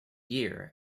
year